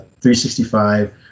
365